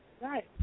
Right